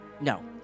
No